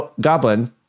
Goblin